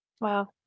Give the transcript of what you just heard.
Wow